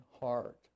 heart